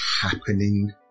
happening